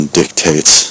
dictates